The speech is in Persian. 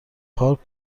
پارک